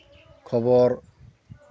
ᱠᱷᱚᱵᱚᱨ